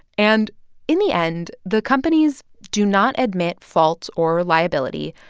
and in the end, the companies do not admit fault or liability.